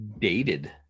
dated